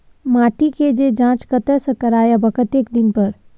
माटी के ज जॉंच कतय से करायब आ कतेक दिन पर?